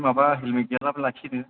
माबा हेल्मेथ गैयाब्लाबो लाखियो नो